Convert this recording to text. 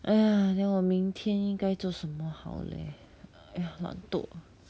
!aiya! then 我明天应该做什么好 leh !aiya! 懒惰